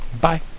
Bye